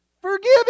Forgive